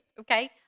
Okay